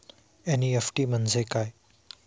NEFT म्हणजे काय?